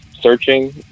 searching